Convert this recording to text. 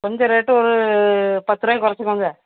கொஞ்சம் ரேட்டு ஒரு பத்துருவாயை குறைச்சிக்கோங்க